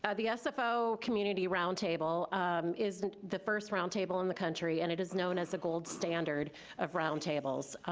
ah the sfo community roundtable is the first roundtable in the country, and it is known as a gold standard of roundtables.